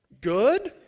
Good